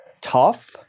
tough